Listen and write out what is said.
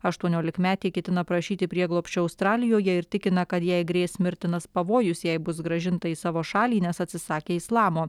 aštuoniolikmetė ketina prašyti prieglobsčio australijoje ir tikina kad jai grės mirtinas pavojus jei bus grąžinta į savo šalį nes atsisakė islamo